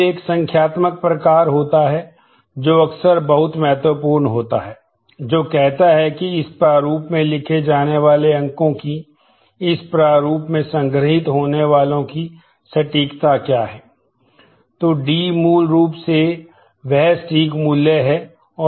फिर एक संख्यात्मक प्रकार होता है जो अक्सर बहुत महत्वपूर्ण होता है जो कहता है कि इस प्रारूप में लिखे जाने वाले अंकों की इस प्रारूप में संग्रहीत होने वालों की सटीकता क्या है